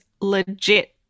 legit